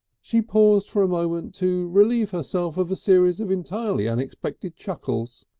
she paused for a moment to relieve herself of a series of entirely unexpected chuckles.